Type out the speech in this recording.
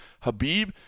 Habib –